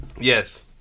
Yes